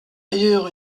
ailleurs